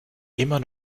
immer